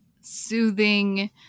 soothing